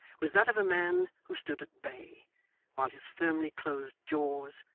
was that of a man who stood at bay while his firmly closed jaws,